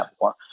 more